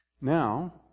Now